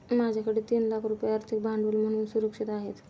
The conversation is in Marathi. माझ्याकडे तीन लाख रुपये आर्थिक भांडवल म्हणून सुरक्षित आहेत